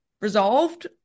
resolved